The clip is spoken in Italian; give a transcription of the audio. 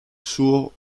suo